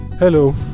hello